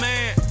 Man